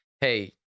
hey